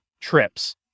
trips